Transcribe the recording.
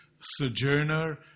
sojourner